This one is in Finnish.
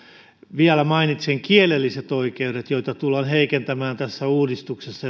vielä mainitsen kielelliset oikeudet joita tullaan heikentämään tässä uudistuksessa